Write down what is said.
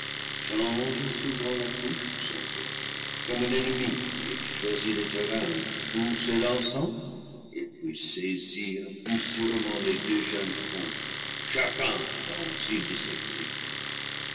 un ennemi il choisit le terrain d'où s'élançant il puisse saisir plus sûrement les deux jeunes faons chacun dans une de ses griffes